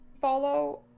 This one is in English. follow